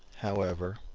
however,